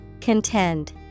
Contend